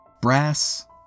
Brass